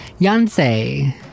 Yonsei